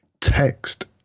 text